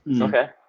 okay